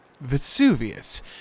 Vesuvius